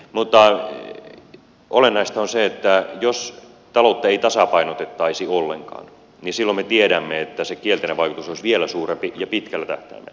mutta olennaista on se että jos taloutta ei tasapainotettaisi ollenkaan niin silloin me tiedämme että se kielteinen vaikutus olisi vielä suurempi ja pitkällä tähtäimellä